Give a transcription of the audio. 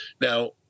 now